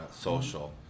social